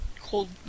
cold